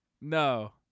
no